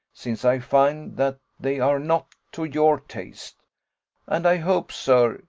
since i find that they are not to your taste and i hope, sir,